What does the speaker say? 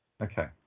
Okay